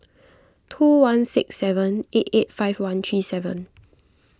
two one six seven eight eight five one three seven